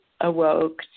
awoke